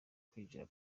kwinjira